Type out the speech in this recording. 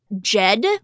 Jed